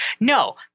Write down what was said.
No